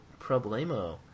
problemo